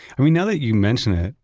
i mean, now that you mention it,